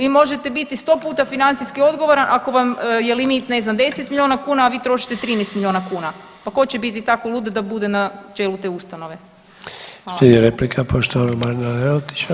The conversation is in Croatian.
Vi možete biti 100 puta financijski odgovoran ako vam je limit ne znam 10 milijuna kuna, a vi trošite 13 milijuna kuna, pa tko će biti tako lud da bude na čelu te ustanove.